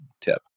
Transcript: tip